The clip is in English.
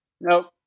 Nope